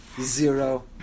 Zero